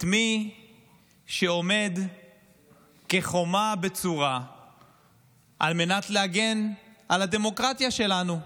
את מי שעומד כחומה בצורה על מנת להגן על הדמוקרטיה שלנו.